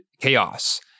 chaos